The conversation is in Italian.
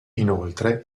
inoltre